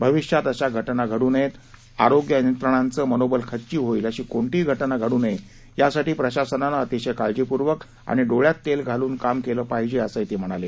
भविष्यात अशा घटना घडू नये आरोग्य यंत्रणांचं मनोबल खच्ची होईल अशी कोणतीही घटना घडू नये यासाठी प्रशासनानं अतिशय काळजीपूर्वक आणि डोळ्यात तेल घालून काम केले पाहिजे असंही ते म्हणाले